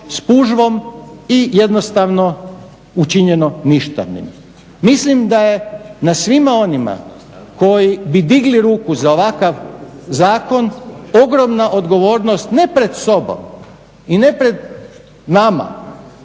spužvom i jednostavno učinjeno ništavnim. Mislim da je nad svima onima koji bi digli ruku za ovakav zakon ogromna odgovornost ne pred sobom i ne pred nama,